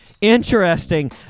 interesting